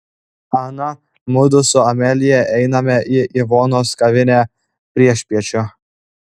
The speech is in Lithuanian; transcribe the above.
ana mudu su amelija einame į ivonos kavinę priešpiečių